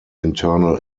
internal